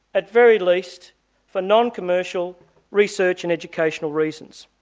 at very least for non-commercial research and educational reasons.